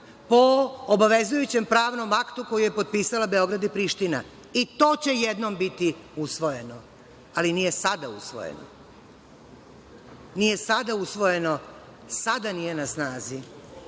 po obavezujućem pravnom aktu koji je potpisala Beograd i Priština i to će jednom biti usvojeno, ali nije sada usvojeno. Nije sada usvojeno, sada nije na snazi.